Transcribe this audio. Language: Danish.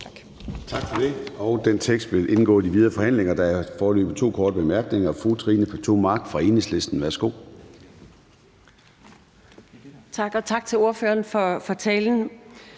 Tak for det, og den tekst vil indgå i de videre forhandlinger. Der er foreløbig to korte bemærkninger. Fru Trine Pertou Mach fra Enhedslisten, værsgo. Kl. 14:28 Trine Pertou